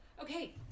Okay